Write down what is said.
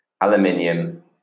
aluminium